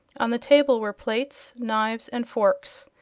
on the table were plates, knives and forks,